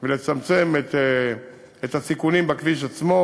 ולצמצם את הסיכונים בכביש עצמו.